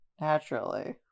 Naturally